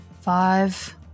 Five